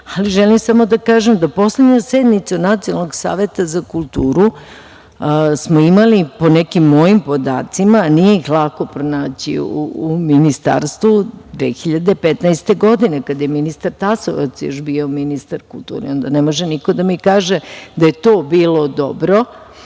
mir. Želim samo da kažem da poslednju sednicu Nacionalnog saveta za kulturu smo imali, po nekim mojim podacima, a nije ih lako pronaći u Ministarstvu, 2015. godine kada je ministar Tasovac još bio ministar kulture. Ne može niko da mi kaže da je to bilo dobro,